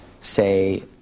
say